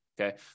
okay